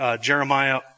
Jeremiah